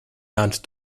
lunch